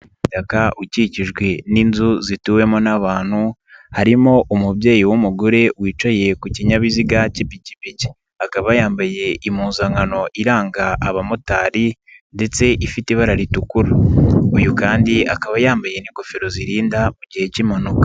Umuhanda w'igitaka ukikijwe n'inzu zituwemo n'abantu harimo umubyeyi w'umugore wicaye ku kinyabiziga cy'pikipiki, akaba yambaye impuzankano iranga abamotari ndetse ifite ibara ritukura. Uyu kandi akaba yambaye ingofero zirinda mu gihe cy'impanuka.